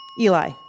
Eli